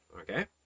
okay